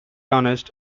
honest